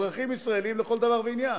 לכל דבר ועניין.